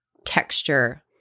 Texture